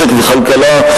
משק וכלכלה,